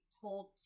told